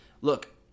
look